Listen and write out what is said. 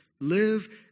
live